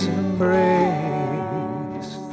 embrace